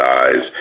eyes